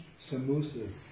samosas